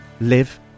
live